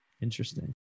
Interesting